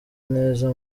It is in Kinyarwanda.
neza